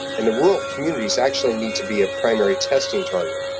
and the rural communities actually need to be a primary testing target.